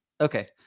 Okay